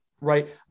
right